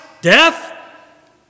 Death